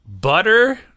butter